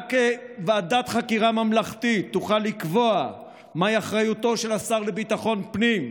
רק ועדת חקירה ממלכתית תוכל לקבוע מהי אחריותו של השר לביטחון פנים,